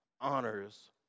honors